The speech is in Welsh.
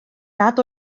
nad